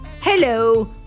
Hello